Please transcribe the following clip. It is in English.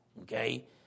okay